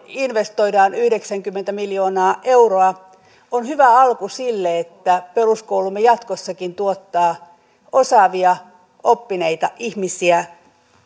investoidaan yhdeksänkymmentä miljoonaa euroa on hyvä alku sille että peruskoulumme jatkossakin tuottaa osaavia oppineita ihmisiä